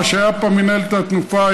מה שהיה פעם מינהלת התנופה,